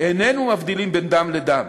איננו מבדילים בין דם לדם,